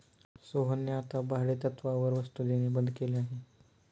सोहनने आता भाडेतत्त्वावर वस्तु देणे बंद केले आहे